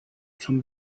come